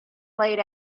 played